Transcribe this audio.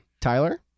Tyler